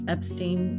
Epstein